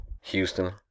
Houston